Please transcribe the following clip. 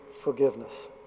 forgiveness